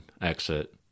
exit